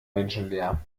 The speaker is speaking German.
menschenleer